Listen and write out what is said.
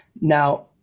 Now